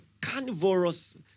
carnivorous